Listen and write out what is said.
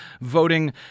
voting